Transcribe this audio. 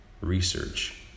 research